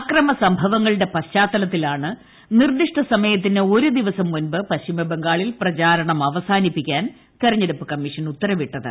അക്രമ സംഭവങ്ങളുടെ പശ്ചാത്തലത്തിലാണ് നിർദ്ദിഷ്ട സമയത്തിന് ഒരു ദിവസം മുമ്പ് പശ്ചിമ ബംഗാളിൽ പ്രചാരണം അവസാനിപ്പിക്കാൻ തെരഞ്ഞെടുപ്പ് കമ്മീഷൻ ഉത്തരവിട്ടത്